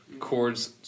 chords